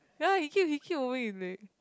ya he keep he keep moving his leg